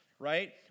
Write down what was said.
Right